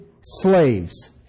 slaves